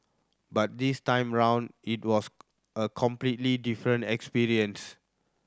but this time around it was a completely different experience